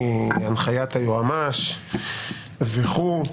הנחיית היועמ"ש וכו'.